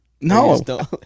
no